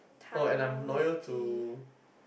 oh and I'm loyal to